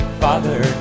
father